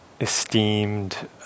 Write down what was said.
esteemed